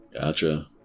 Gotcha